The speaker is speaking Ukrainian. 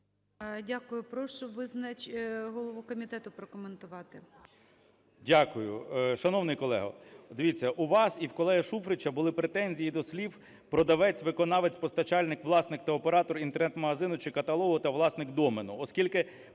Дякую. Прошу голову комітету прокоментувати. 13:11:10 КНЯЖИЦЬКИЙ М.Л. Дякую. Шановний колего, дивіться, у вас і в колеги Шуфрича були претензії до слів: "Продавець (виконавець, постачальник, власник та оператор інтернет-магазину чи каталогу та власник домену)". Оскільки